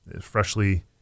freshly